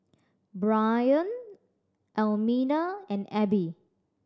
Brion Almina and Abbie